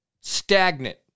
Stagnant